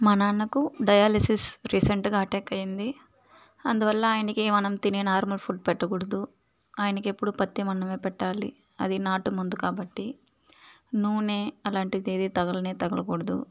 మా నాన్నకు డయాలసిస్ రీసెంట్గా అట్టాక్ అయ్యింది అందువల్ల ఆయనకి మనం తినే నార్మల్ ఫుడ్ పెట్టకూడదు అయన కెప్పుడు పత్యమన్నమే పెట్టాలి అది నాటు మొందు కాబట్టి నూనె అలాంటిదేది తగలనే తగల కూడదు